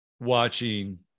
Watching